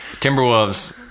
Timberwolves